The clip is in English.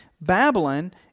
Babylon